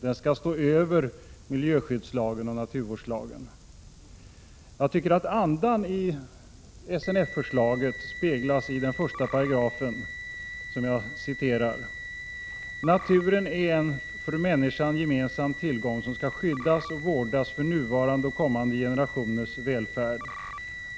Den skall stå över miljöskyddslagen och naturvårdslagen. Jag tycker att andan i SNF-förslaget väl speglas i den första paragrafen: ”Naturen är en för människan gemensam tillgång som ska skyddas och vårdas för nuvarande och kommande generationers välfärd.